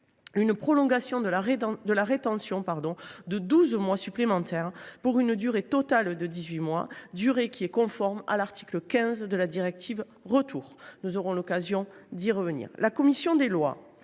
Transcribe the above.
une prolongation de la rétention de 12 mois supplémentaires, pour une durée totale de 18 mois, durée qui est pourtant conforme à l’article 15 de la directive Retour. Nous aurons l’occasion d’y revenir.